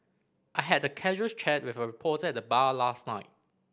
I had a casual chat with a reporter at the bar last night